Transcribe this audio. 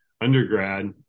undergrad